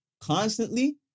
Constantly